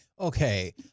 Okay